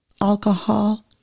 alcohol